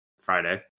Friday